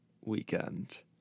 weekend